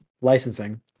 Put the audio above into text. licensing